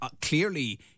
clearly